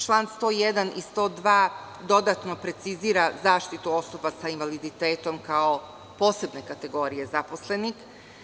Član 101. i 102. dodatno preciziraju zaštitu osoba sa invaliditetom kao posebne kategorije zaposlenih.